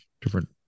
different